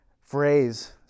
phrase